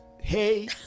hey